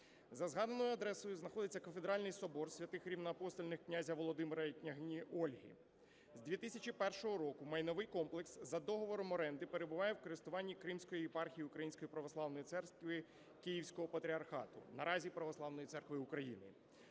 За згаданою адресою знаходиться Кафедральний собор святих рівноапостольних князя Володимира та княгині Ольги. З 2001 року майновий комплекс за договором оренди перебуває в користуванні Кримської єпархії Української православної церкви Київського патріархату, наразі Православної церкви України.